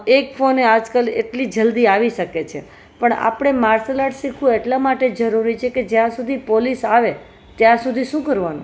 એક ફોને આજકાલ એટલી જલ્દી આવી શકે છે પણ આપણે માર્શલ આર્ટ શીખવું એટલા માટે જરૂરી છે કે જ્યાં સુધી પોલીસ આવે ત્યાં સુધી શું કરવાનું